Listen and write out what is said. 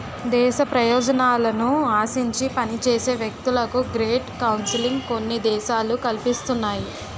దేశ ప్రయోజనాలను ఆశించి పనిచేసే వ్యక్తులకు గ్రేట్ కౌన్సిలింగ్ కొన్ని దేశాలు కల్పిస్తున్నాయి